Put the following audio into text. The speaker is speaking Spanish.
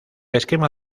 esquema